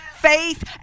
faith